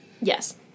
yes